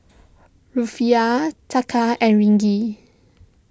Rufiyaa Taka and Ringgit